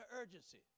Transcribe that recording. urgency